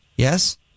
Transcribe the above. Yes